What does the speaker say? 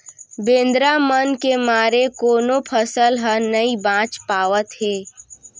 बेंदरा मन के मारे कोनो फसल ह नइ बाच पावत हे